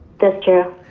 that's true.